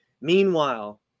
Meanwhile